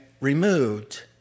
removed